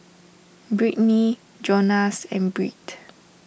Brittnie Jonas and Britt